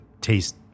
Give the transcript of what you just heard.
taste